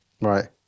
Right